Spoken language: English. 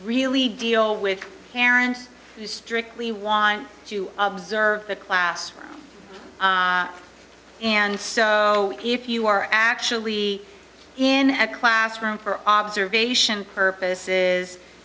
deal with parents who strictly want to observe the classroom and so if you are actually in a classroom for observation purposes